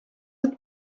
être